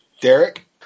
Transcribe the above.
Derek